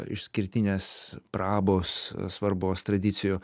išskirtinės prabos svarbos tradicijų